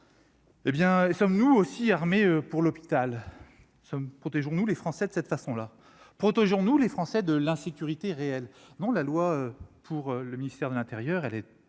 Hé bien, sommes-nous aussi armé pour l'hôpital, sommes protégeons-nous les Français de cette façon-là, protégeons-nous les Français de l'insécurité réelle, non la loi pour le ministère de l'Intérieur, elle est